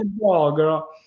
girl